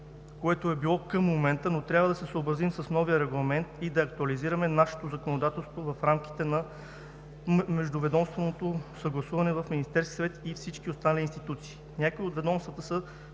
което е било към момента, но трябва да се съобразим с новия Регламент и да актуализираме нашето законодателство в рамките на междуведомственото съгласуване в Министерския съвет и всички останали институции. Някои от ведомствата са